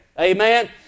Amen